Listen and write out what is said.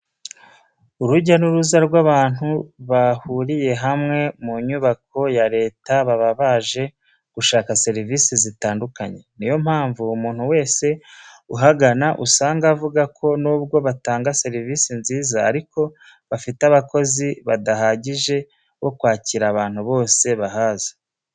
Urujya n'uruza rw'abantu bahuriye hamwe mu nyubako ya Leta baba baje gushaka serivise zitandukanye. Niyo mpamvu umuntu wese uhagana usanga avuga ko nubwo batanga serivise nziza ariko bafite abakozi badahagije bo kwakira abantu bose bahaza.